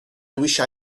wished